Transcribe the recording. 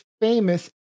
famous